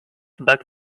back